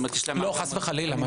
לא, חס וחלילה.